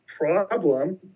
problem